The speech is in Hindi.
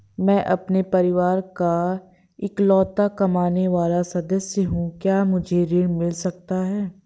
मैं अपने परिवार का इकलौता कमाने वाला सदस्य हूँ क्या मुझे ऋण मिल सकता है?